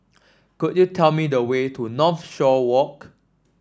could you tell me the way to Northshore Walk